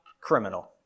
criminal